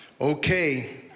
Okay